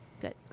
Good